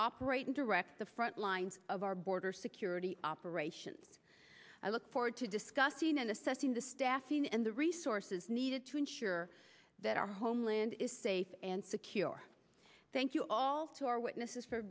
operate and directs the front lines of our border security operations i look forward to discussing and assessing the staffing and the resources needed to ensure that our homeland is safe and secure thank you all to our witnesses for